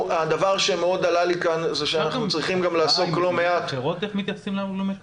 --- אפשר איך מדינות אחרות מתייחסים להלומי קרב?